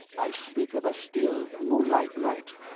i speak of a still, moonlight night.